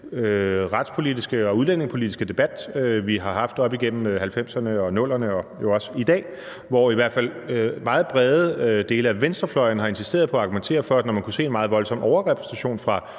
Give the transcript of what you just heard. retspolitiske og udlændingepolitiske debat, vi har haft op igennem 90'erne og 00'erne og også i dag, hvor meget brede dele af venstrefløjen har insisteret på at argumentere for, at når man kunne se en meget voldsom overrepræsentation af